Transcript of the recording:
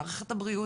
מערכת הבריאות,